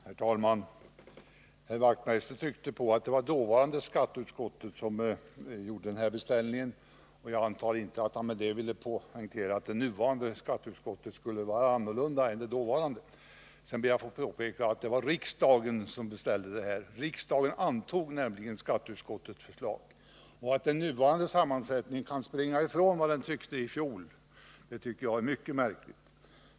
Herr talman! Knut Wachtmeister tryckte på att det var dåvarande skatteutskottet som gjorde denna beställning. Jag antar inte att han därmed ville poängtera att det nuvarande skatteutskottet skulle vara annorlunda än det dåvarande. Sedan ber jag att få påpeka att det var riksdagen som beställde förslaget. Riksdagen antog nämligen skatteutskottets hemställan. Att utskottet med sin nuvarande sammansättning kan springa ifrån vad man tyckte i fjol finner jag mycket märkligt.